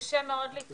זה לא פשוט.